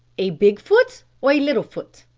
a big foot or a little foot?